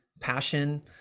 passion